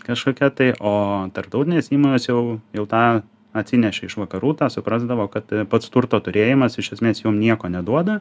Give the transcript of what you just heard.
kažkokia tai o tarptautinės įmonės jau jau tą atsinešė iš vakarų tą suprasdavo kad pats turto turėjimas iš esmės jum nieko neduoda